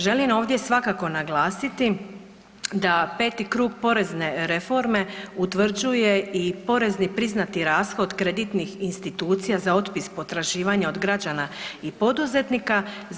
Želim ovdje svakako naglasiti da 5. krug porezne reforme utvrđuje i porezni priznati rashod kreditnih institucija za otpis potraživanja od građana i poduzetnika.